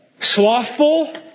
Slothful